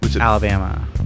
Alabama